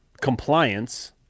compliance